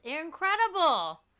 incredible